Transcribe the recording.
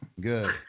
Good